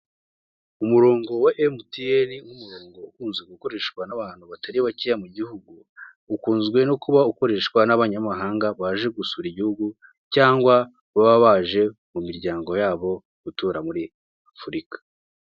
Umurongo wa emutiyeni nk'umurongo ukunzwe gukoreshwa n'abantu batari bakeye mu gihugu, ukunzwe no kuba ukoreshwa n'abanyamahanga baje gusura igihugu cyangwa baba baje mu miryango yabo gutura muri Afurika.